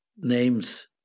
names